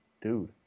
dude